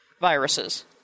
viruses